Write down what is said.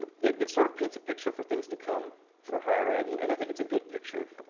that sort of paints a picture for things to come for higher ed and and i think it's a good picture.